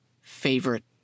favorite